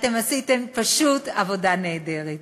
עשיתם פשוט עבודה נהדרת.